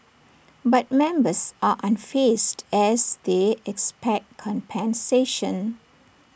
but members are unfazed as they expect compensation